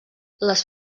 les